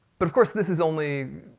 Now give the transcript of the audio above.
but of course this is only,